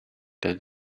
then